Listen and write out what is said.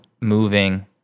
moving